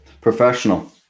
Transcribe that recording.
Professional